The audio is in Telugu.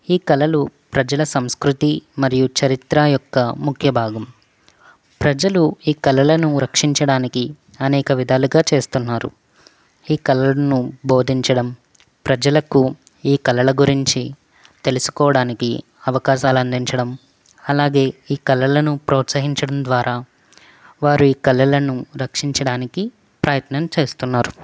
ఈ కళలు ప్రజల సంస్కృతి మరియు చరిత్ర యొక్క ముఖ్య భాగం ప్రజలు ఈ కలలను రక్షించడానికి అనేక విధాలుగా చేస్తున్నారు ఈ కళలను బోధించడం ప్రజలకు ఈ కలల గురించి తెలుసుకోవడానికి అవకాశాలు అందించడం అలాగే ఈ కళలను ప్రోత్సహించడం ద్వారా వారు ఈ కళలను రక్షించడానికి ప్రయత్నం చేస్తున్నారు